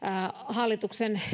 hallituksen